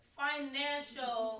financial